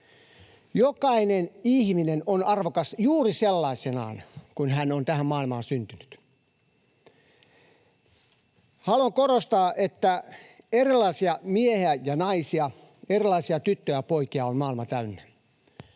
Jokainen ihminen on arvokas juuri sellaisenaan, niin kuin hän on tähän maailmaan syntynyt. Haluan korostaa, että erilaisia miehiä ja naisia, erilaisia tyttöjä ja poikia on maailma täynnä.